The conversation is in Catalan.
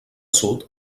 sud